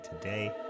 today